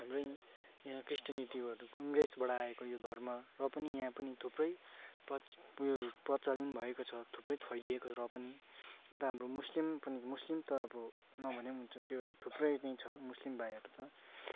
हाम्रै यहाँ क्रिस्टिनिटीहरू अङ्ग्रेजबाट आएको यो धर्म र पनि यहाँ पनि थुप्रै प्रच उयो प्रचलिन भएको छ थुप्रै फैलिएको र पनि अन्त हाम्रो मुस्लिम पनि मुस्लिम त अब नभने पनि हुन्छ त्यो त थुप्रै नै छ मुस्लिम भाइहरू त